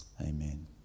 Amen